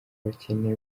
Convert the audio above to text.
bakene